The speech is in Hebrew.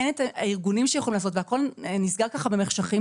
אין הארגונים שיכולים לעשות והכול נסגר במחשכים.